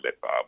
Bob